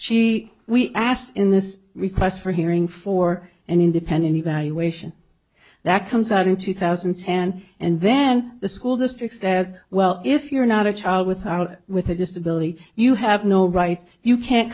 she we asked in this request for hearing for an independent evaluation that comes out in two thousand and ten and then the school district says well if you're not a child with out with a disability you have no rights you can't